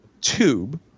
tube